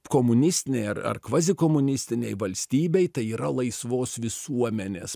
komunistinei ar ar kvazikomunistinei valstybei tai yra laisvos visuomenės